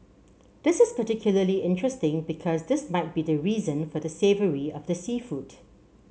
this is particularly interesting because this might be the reason for the savoury of the seafood